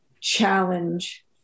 challenge